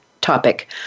topic